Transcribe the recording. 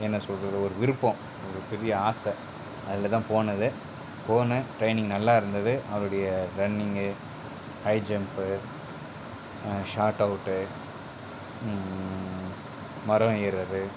என்ன சொல்றது ஒரு விருப்பம் ஒரு பெரிய ஆசை அதில்தான் போனது போனேன் ட்ரைனிங் நல்லாயிருந்தது அவருடைய ரன்னிங்கு ஹை ஜம்ப் ஷாட்டவுட்டு மரம் ஏறுவது